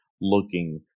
looking